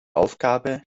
aufgabe